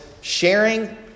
sharing